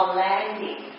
landing